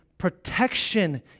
protection